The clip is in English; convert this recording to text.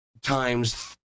times